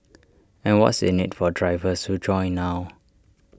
and what's in IT for drivers who join now